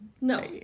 No